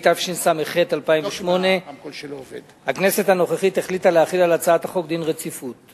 התשס"ח 2008. הכנסת הנוכחית החליטה להחיל על הצעת החוק דין רציפות.